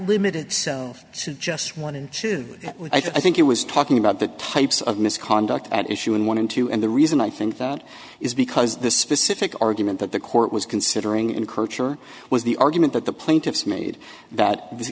limited to just wanted to i think it was talking about the types of misconduct at issue and one in two and the reason i think that is because the specific argument that the court was considering encourage sure was the argument that the plaintiffs made that